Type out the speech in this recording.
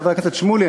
חבר הכנסת שמולי,